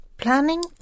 Planning